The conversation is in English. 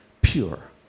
pure